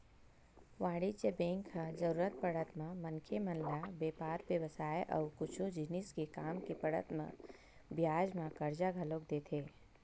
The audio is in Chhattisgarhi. वाणिज्य बेंक ह जरुरत पड़त म मनखे मन ल बेपार बेवसाय अउ कुछु जिनिस के काम के पड़त म बियाज म करजा घलोक देथे